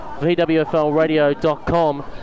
vwflradio.com